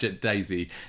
Daisy